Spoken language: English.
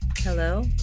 Hello